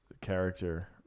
character